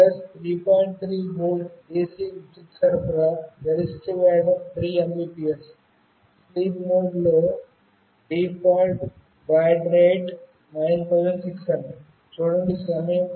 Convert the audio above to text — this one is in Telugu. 3 వోల్ట్ DC విద్యుత్ సరఫరా గరిష్ట వేగం 3 Mbps స్లీప్ మోడ్లో డిఫాల్ట్ బాడ్ రేటు 9600